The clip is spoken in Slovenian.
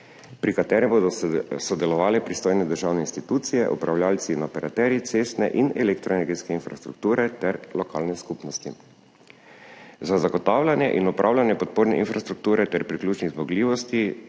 pri katerih bodo sodelovale pristojne državne institucije, upravljavci in operaterji cestne in elektroenergetske infrastrukture ter lokalne skupnosti. Za zagotavljanje in upravljanje podporne infrastrukture ter priključnih zmogljivosti